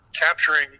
capturing